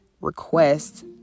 request